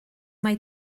mai